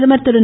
பிரதமர் திரு